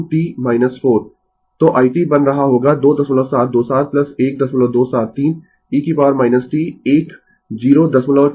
तो यह सब एक साथ रखने पर हमारे पास है कि i t 0 t 0 से कम और बराबर के लिए कि हमें इनीशियल वैल्यू प्राप्त हो गयी है i0 की और 4 1 e t 2 t के लिए t 0 से अधिक और बराबर और 4 से कम और बराबर के बीच में